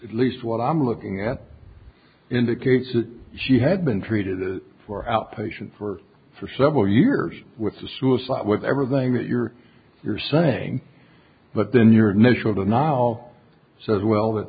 at least what i'm looking at indicates that she had been treated for outpatient for for several years with the suicide with everything that you're you're saying but then your initial banal says well